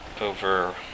over